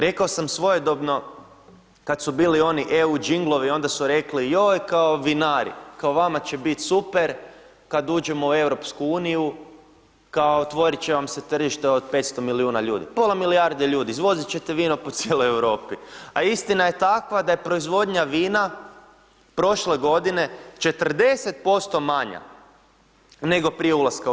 Rekao sam svojedobno kad su bili oni EU đinglovi, onda su rekli joj kao vinari, kao vama će biti super kad uđemo u EU, kao otvorit će vam se tržište od 500 miliona ljudi, pola milijarde ljudi, izvozit ćete vino po cijeloj Europi, a istina je takva da je proizvodnja vina prošle godine 40% nego prije ulaska u EU.